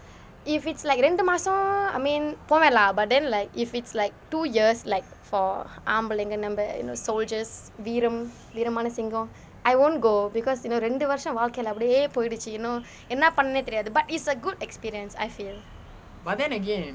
if it's like இரண்டு மாசம்:irandu maasam I mean போவேன்:poven lah but then like if it's like two years like for ஆம்பளைங்க நம்ம:aambalainga namma you know soldiers வீரம் வீரமான சிங்கம்:veeram veeramaana singam I won't go because you know the இரண்டு வர்ஷம் வாழ்க்கையில அப்படியே போயிருச்சு:irandu varsham vaalkaiyila appadiye poyiruchu you know என்ன பண்ணனே தெரியாது:enna pananne theriyaathu but it's a good experience I feel